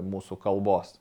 mūsų kalbos